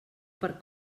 per